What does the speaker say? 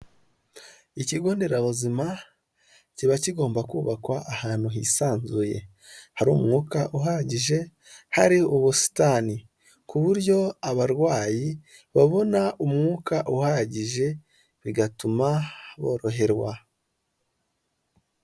Ikigonderabuzima kiba kigomba kubakwa ahantu hisanzuye hari umwuka uhagije, hari ubusitani ku buryo abarwayi babona umwuka uhagije bigatuma boroherwa.